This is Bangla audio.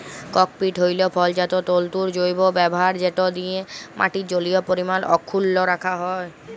ককপিট হ্যইল ফলজাত তল্তুর জৈব ব্যাভার যেট দিঁয়ে মাটির জলীয় পরিমাল অখ্খুল্ল রাখা যায়